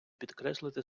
підкреслити